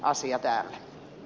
arvoisa puhemies